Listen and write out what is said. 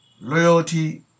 Loyalty